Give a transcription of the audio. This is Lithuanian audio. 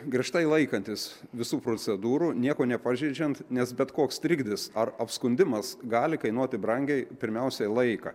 griežtai laikantis visų procedūrų nieko nepažeidžiant nes bet koks trikdis ar apskundimas gali kainuoti brangiai pirmiausiai laiką